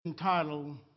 entitled